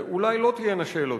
אולי לא תהיינה שאלות,